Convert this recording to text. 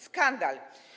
Skandal!